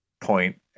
point